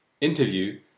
interview